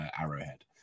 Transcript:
Arrowhead